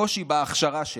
הקושי בהכשרה שלהם,